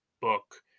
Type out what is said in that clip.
book